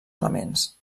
elements